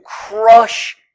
crush